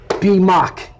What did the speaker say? B-Mock